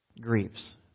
grieves